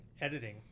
editing